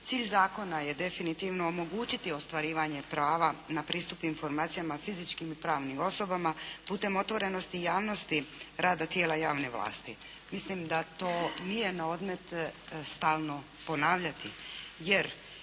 Cilj zakona je definitivno omogućiti ostvarivanje prava na pristup informacijama fizičkim i pravnim osobama putem otvorenosti i javnosti rada tijela javne vlasti. Mislim da to nije na odmet stalno ponavljati,